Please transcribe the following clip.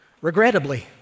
regrettably